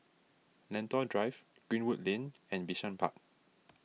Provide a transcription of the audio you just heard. Lentor Drive Greenwood Lane and Bishan Park